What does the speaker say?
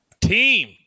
Team